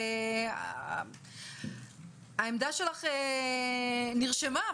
העמדה שלך נרשמה,